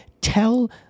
tell